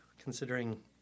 considering